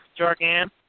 Jorgan